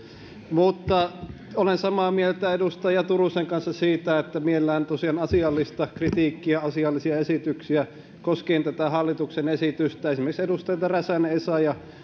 olen samaa mieltä edustaja turusen kanssa siitä että mielellään tosiaan asiallista kritiikkiä asiallisia esityksiä koskien tätä hallituksen esitystä esimerkiksi edustajilta räsänen ja essayah